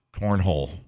Cornhole